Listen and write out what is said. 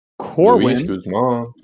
Corwin